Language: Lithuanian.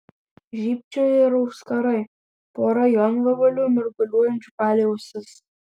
žybčiojo ir auskarai pora jonvabalių mirguliuojančių palei ausis